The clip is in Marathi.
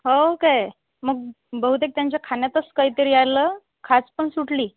हो काय मग बहुतेक त्यांच्या खाण्यातच काही तरी यायलं खाज पण सुटली